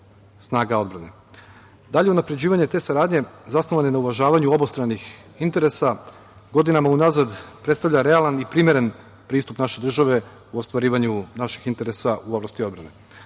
snaga odbrane. Dalje unapređivanje te saradnje, zasnovane na uvažavanju obostranih interesa, godinama unazad predstavlja realan i primeren pristup naše države u ostvarivanju naših interesa u oblasti odbrane